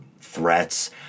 threats